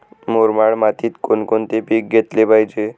मुरमाड मातीत कोणकोणते पीक घेतले पाहिजे?